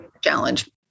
challenge